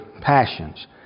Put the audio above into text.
passions